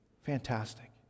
fantastic